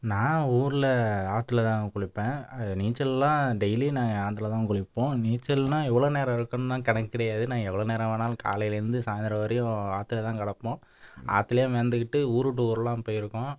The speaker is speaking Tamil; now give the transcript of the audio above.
நான் ஊரில் ஆற்றுல தான் குளிப்பேன் நீச்சலெல்லாம் டெய்லி நாங்கள் ஆற்றுல தான் குளிப்போம் நீச்சல்னால் எவ்வளோ நேரம் இருக்குணுண்லாம் கணக்கு கிடையாது நான் எவ்வளோ நேரம் வேணாலும் காலைலேருந்து சாய்ந்தரம் வரையும் ஆற்றுல தான் கிடப்போம் ஆற்றுலேயே மிதந்துக்கிட்டு ஊருட்டு ஊரெலாம் போயிருக்கோம்